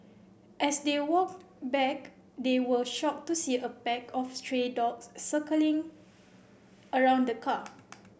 as they walked back they were shocked to see a pack of stray dogs circling around the car